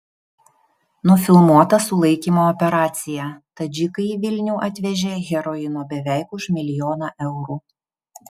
nufilmuota sulaikymo operacija tadžikai į vilnių atvežė heroino beveik už milijoną eurų